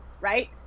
Right